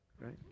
right